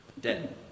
dead